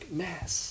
mess